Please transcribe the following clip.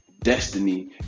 destiny